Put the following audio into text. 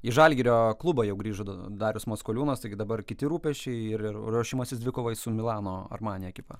į žalgirio klubą jau grįžo darius maskoliūnas taigi dabar kiti rūpesčiai ir ruošimasis dvikovai su milano armani ekipa